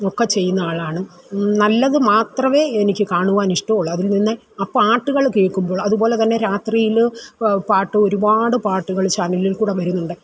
ഒക്കെ ചെയ്യുന്ന ആളാണ് നല്ലത് മാത്രമേ എനിക്ക് കാണുവാൻ ഇഷ്ടമുള്ളൂ അതുപിന്നെ പാട്ടുകൾ കേൾക്കുമ്പോൾ അതുപോലെ തന്നെ രാത്രിയിൽ പാട്ട് ഒരുപാട് പാട്ടുകൾ ചാനലിൽക്കൂടെ വരുന്നുണ്ട്